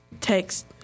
text